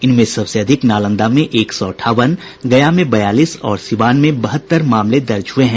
इनमें सबसे अधिक नालंदा में एक सौ अठावन गया में बयालीस और सिवान में बहत्तर मामले दर्ज हुये हैं